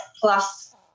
plus